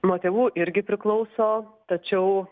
nuo tėvų irgi priklauso tačiau